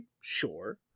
Sure